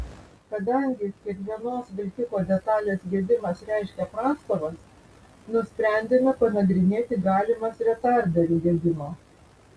kadangi kiekvienos vilkiko detalės gedimas reiškia prastovas nusprendėme panagrinėti galimas retarderių gedimo